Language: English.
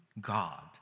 God